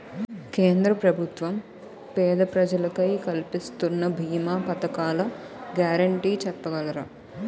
కేంద్ర ప్రభుత్వం పేద ప్రజలకై కలిపిస్తున్న భీమా పథకాల గ్యారంటీ చెప్పగలరా?